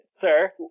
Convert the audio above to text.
sir